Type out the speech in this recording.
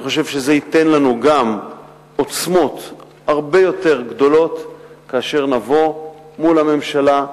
אני חושב שזה ייתן לנו עוצמות הרבה יותר גדולות כאשר נבוא מול הממשלה,